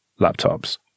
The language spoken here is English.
laptops